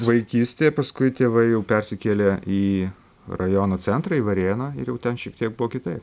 vaikystė paskui tėvai jau persikėlė į rajono centrą į varėną ir jau ten šiek tiek buvo kitaip